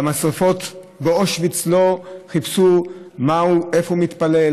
במשרפות באושוויץ לא חיפשו איפה הוא מתפלל,